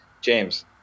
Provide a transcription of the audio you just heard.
James